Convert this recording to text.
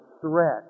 threat